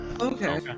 Okay